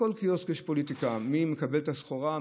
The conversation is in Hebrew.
בכל קיוסק יש פוליטיקה: מי מקבל את הסחורה,